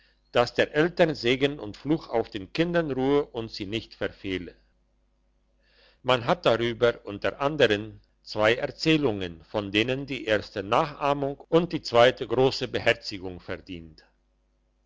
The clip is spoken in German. dass der eltern segen und fluch auf den kindern ruhe und sie nicht verfehle man hat darüber unter andern zwei erzählungen von denen die erste nachahmung und die zweite grosse beherzigung verdient